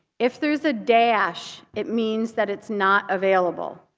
if there's a dash, it means that it's not available.